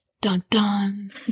Dun-dun